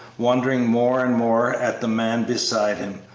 wondering more and more at the man beside him,